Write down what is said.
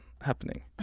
happening